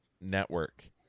Network